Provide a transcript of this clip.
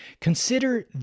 Consider